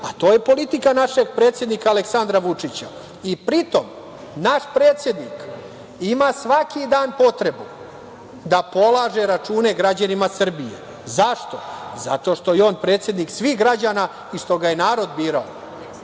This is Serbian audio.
a to je politika našeg predsednika Aleksandra Vučića. Pri tome, naš predsednik ima svaki dan potrebu da polaže račune građanima Srbije. Zašto? Zato što je on predsednik svih građana i što ga je narod birao. Kada